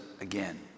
again